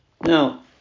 Now